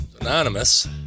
anonymous